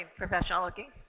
professional-looking